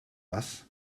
was